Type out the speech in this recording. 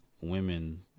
women